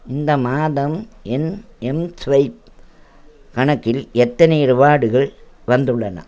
இந்த மாதம் என் எம்ஸ்வைப் கணக்கில் எத்தனை ரிவார்டுகள் வந்துள்ளன